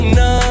no